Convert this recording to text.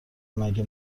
مگه